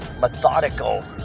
methodical